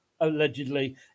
allegedly